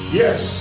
yes